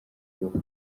kubaka